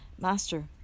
Master